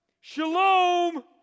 Shalom